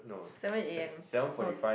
seven A_M oh